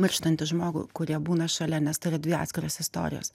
mirštantį žmogų kurie būna šalia nes tai yra dvi atskiros istorijos